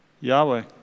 Yahweh